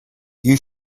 you